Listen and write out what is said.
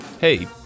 Hey